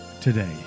today